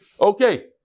Okay